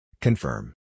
Confirm